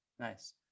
Nice